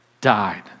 died